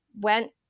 went